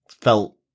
felt